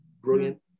brilliant